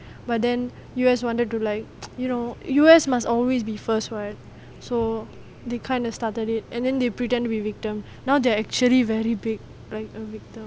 but then U_S wanted to like you know U_S must always be first right so they kind of started it and then they pretend to be a victim now they're actually very big like a victim